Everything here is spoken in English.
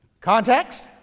Context